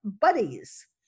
buddies